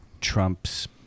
Trump's